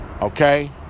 Okay